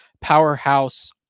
powerhouse